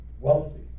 Wealthy